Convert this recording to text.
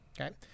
Okay